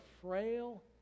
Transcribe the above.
frail